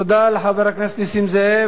תודה לחבר הכנסת נסים זאב.